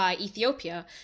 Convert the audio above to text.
ethiopia